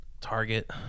Target